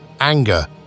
anger